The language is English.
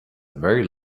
very